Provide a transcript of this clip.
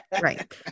right